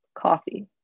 Coffee